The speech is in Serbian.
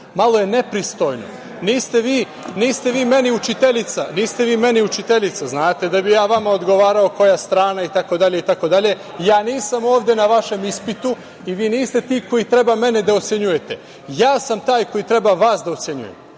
malo je nepristojno, niste vi meni učiteljica, znate, da bih ja vama odgovarao koja je strana itd, itd. Nisam ovde na vašem ispitu, vi niste ti koji treba mene da ocenjujete. Ja sam taj koji treba vas da ocenjuje.